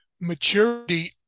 maturity